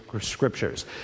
scriptures